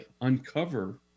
uncover